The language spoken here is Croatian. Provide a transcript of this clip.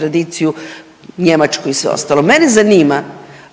tradiciju Njemačku i sve ostalo. Mene zanima